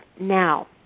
Now